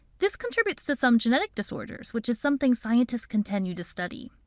this contributes to some genetic disorders, which is something scientists continue to study.